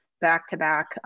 back-to-back